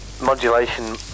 modulation